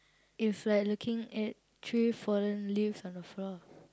is like looking at three fallen leaves on the floor